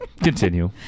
Continue